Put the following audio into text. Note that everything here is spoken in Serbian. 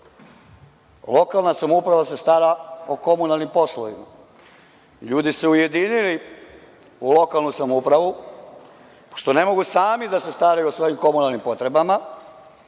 Lokalna samouprava se stara o komunalnim poslovima. Ljudi se ujedinili u lokalnu samoupravu što ne mogu sami da se staraju o svojim komunalnim potrebama